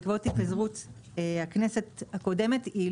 בעקבות התפזרות הכנסת הקודמת,